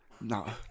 No